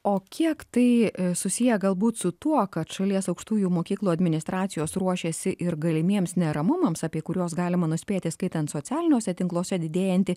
o kiek tai susiję galbūt su tuo kad šalies aukštųjų mokyklų administracijos ruošėsi ir galimiems neramumams apie kuriuos galima nuspėti skaitant socialiniuose tinkluose didėjantį